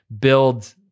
build